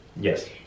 yes